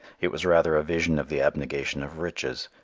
it was rather a vision of the abnegation of riches,